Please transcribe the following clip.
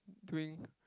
during